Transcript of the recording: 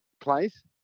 place